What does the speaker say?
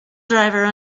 driver